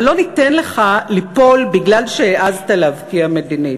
אבל לא ניתן לך ליפול מפני שהעזת להבקיע מדינית.